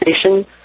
station